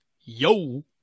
Yo